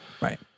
Right